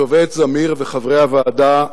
השופט זמיר וחברי הוועדה,